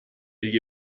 gli